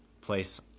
place